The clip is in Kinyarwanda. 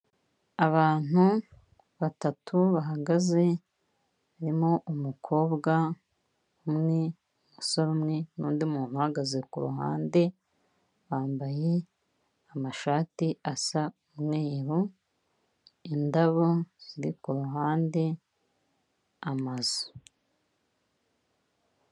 Abantu batatu bahagaze, barimo umukobwa umwe, umusore umwe n'undi muntu uhagaze kuruhande, bambaye amashate asa umweru, indabo ziri ku ruhande, amazu.